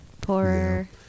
poorer